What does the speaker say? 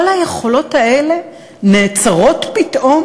כל היכולות האלה נעצרות פתאום